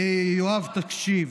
יואב, תקשיב,